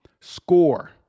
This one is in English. Score